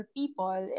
people